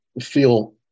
feel